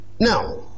Now